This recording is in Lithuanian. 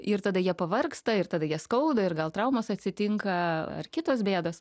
ir tada jie pavargsta ir tada jie skauda ir gal traumos atsitinka ar kitos bėdos